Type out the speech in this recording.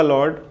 Lord